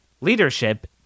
leadership